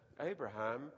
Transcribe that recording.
Abraham